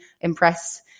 impress